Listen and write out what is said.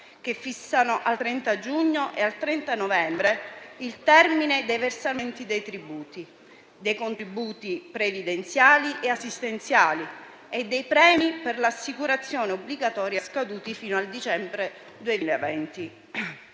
che fissano al 30 giugno e al 30 novembre il termine dei versamenti dei tributi, dei contributi previdenziali e assistenziali e dei premi per l'assicurazione obbligatoria scaduti fino al dicembre 2020.